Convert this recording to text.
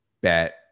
bet